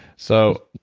so,